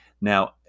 Now